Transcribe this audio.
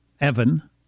Evan